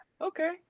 Okay